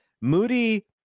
moody